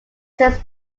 since